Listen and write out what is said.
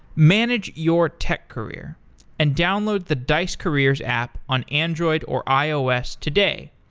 manage your tech career and download the dice careers app on android or ios today.